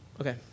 Okay